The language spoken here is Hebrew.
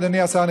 אדוני השר,